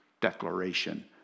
declaration